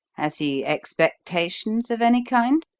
has he expectations of any kind?